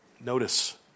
Notice